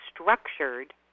structured